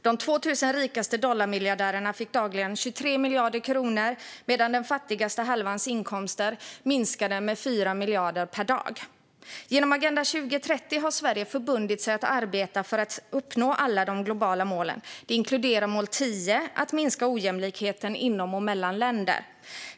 De 2 000 rikaste dollarmiljardärerna fick dagligen 23 miljarder kronor, medan den fattigaste halvans inkomster minskade med 4 miljarder per dag. Genom Agenda 2030 har Sverige förbundit sig att arbeta för att uppnå alla de globala målen. Detta inkluderar mål 10, att minska ojämlikheten inom och mellan länder.